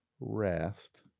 rest